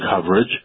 coverage